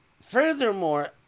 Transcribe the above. furthermore